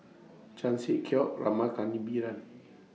Chan Sek Keong Rama